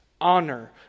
honor